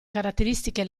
caratteristiche